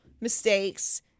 mistakes